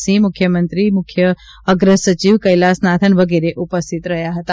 સિંહ મુખ્યમંત્રી મુખ્ય અગ્રસચિવ કેલાસનાથન વગેરે ઉપસ્થિત રહ્યા હતા